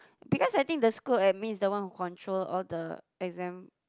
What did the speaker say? because I think the school admin is the one who control all the exam